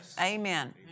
Amen